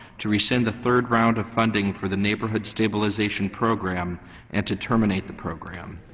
to rescind the third round of funding for the neighborhood stabilization program and to terminate the program.